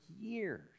years